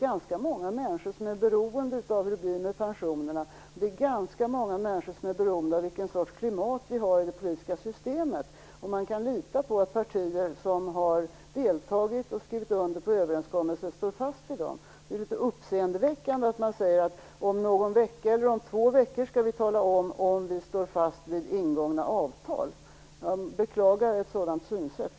Ganska många människor är beroende av hur det blir med pensionerna, och ganska många människor är beroende av vilken sorts klimat vi har i det politiska systemet. Kan man lita på att partier som har deltagit och skrivit under överenskommelser står fast vid dem? Det är litet uppseendeväckande att säga att man om någon vecka eller två skall tala om huruvida man står fast vid ingångna avtal. Jag beklagar ett sådan synsätt.